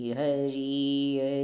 Hari